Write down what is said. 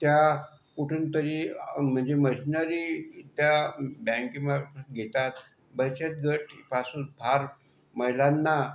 त्या कुठून तरी म्हणजे मशनरी त्या बँकेमार्फत घेतात बचत गटापासून फार महिलांना